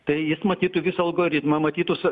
tai jis matytų visą algoritmą matytų s